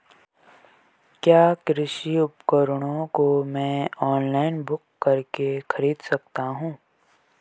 क्या कृषि उपकरणों को मैं ऑनलाइन बुक करके खरीद सकता हूँ?